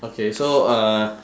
okay so uh